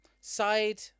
Side